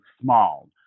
small